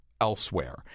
elsewhere